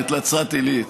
את נצרת עילית.